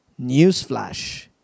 Newsflash